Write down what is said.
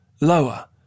lower